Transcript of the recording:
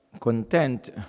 content